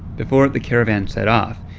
before the caravan set off,